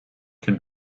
can